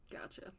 Gotcha